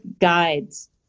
guides